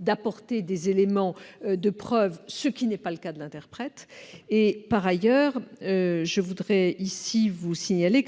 d'apporter des éléments de preuve, ce qui n'est pas le cas de l'interprète. Par ailleurs,